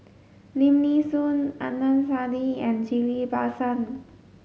Lim Nee Soon Adnan Saidi and Ghillie Basan